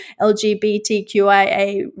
LGBTQIA